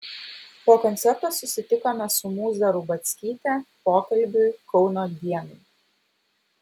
po koncerto susitikome su mūza rubackyte pokalbiui kauno dienai